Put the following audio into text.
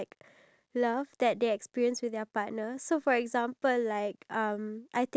so the husband even though they're already married the husband still needs to fight for the woman